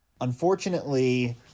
Unfortunately